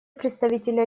представителя